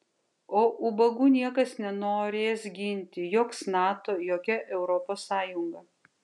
o ubagų niekas nenorės ginti joks nato jokia europos sąjunga